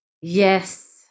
Yes